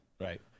Right